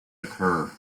occur